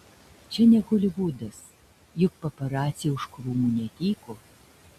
čia ne holivudas juk paparaciai už krūmų netyko